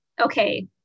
okay